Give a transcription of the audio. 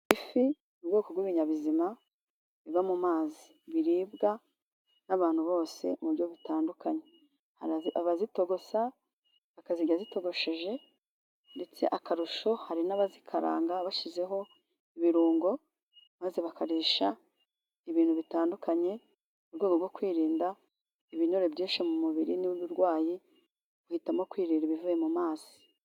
Ifi ubwoko bw'ibinyabuzima biba mu mazi biribwa n'abantu bose mu buryo butandukanye abazitogosa bakazirya zitogosheje , ndetse akarusho hari n'abazikaranga bashizeho ibirungo maze bakarisha ibintu bitandukanye mu rwego rwo kwirinda ibinure byinshi mu mubiri n'uburwayi bahitamo kwirira ibivuye mu mazi.